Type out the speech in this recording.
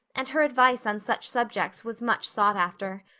and her advice on such subjects was much sought after.